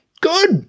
Good